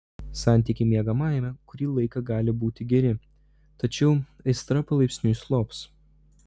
santykiai miegamajame kurį laiką gali būti geri tačiau aistra palaipsniui slops